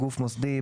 גוף מוסדי,